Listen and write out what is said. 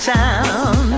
town